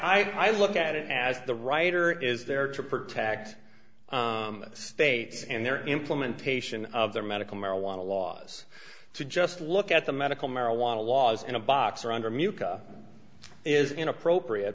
honor i look at it as the writer is there to protect states and their implementation of their medical marijuana laws to just look at the medical marijuana laws in a box or under mucus is inappropriate